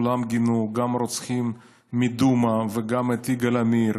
כולם גינו את הרוצחים מדומא וגם את יגאל עמיר,